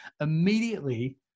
immediately